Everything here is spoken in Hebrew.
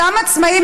אותם עצמאים,